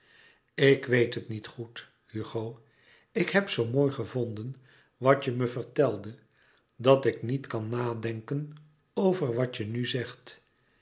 ik weet het niet goed hugo ik heb zoo mooi gevonden wat je me vertelde dat ik niet kan nadenken over wat je nu zegt